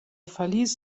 verließ